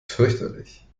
fürchterlich